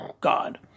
God